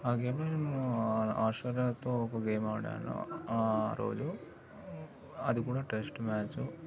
ఆ గేమ్లో నేను ఆస్ట్రేలియాతో ఒక గేమ్ అడాను ఆ రోజు అది కూడా టెస్ట్ మ్యాచ్